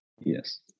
Yes